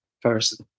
first